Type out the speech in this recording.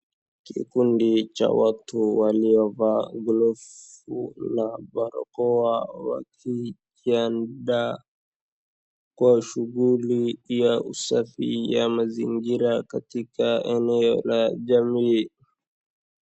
Kikundi cha watu waliovaa glovu na barakoa wakijianda kwa shuguli ya usafi ya mazingira katika eneo la jamii.